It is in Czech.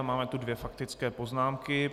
Máme tu dvě faktické poznámky.